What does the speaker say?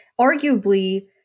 arguably